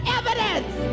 evidence